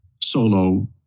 solo